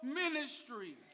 ministry